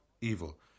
evil